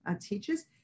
teaches